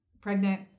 pregnant